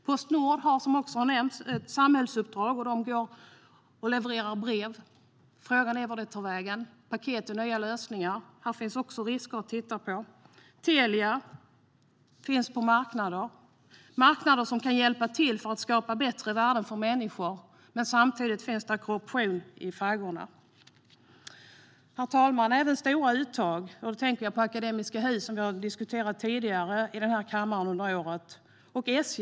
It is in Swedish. Postnord har, som också har nämnts, ett samhällsuppdrag. De levererar brev - frågan är vart de tar vägen. De jobbar med paket och nya lösningar. Här finns också risker att titta på. Telia finns på marknader som kan hjälpa till för att skapa bättre värden för människor, men samtidigt finns det korruption i faggorna. Herr talman! Vi har även stora uttag. Då tänker jag på Akademiska Hus, som vi har diskuterat tidigare under året här i kammaren, och SJ.